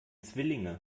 zwillinge